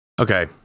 Okay